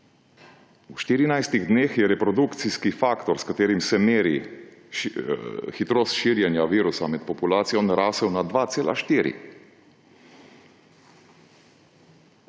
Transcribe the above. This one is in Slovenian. dneh je reprodukcijski faktor, s katerim se meri hitrost širjenja virusa med populacijo, narasel na 2,4.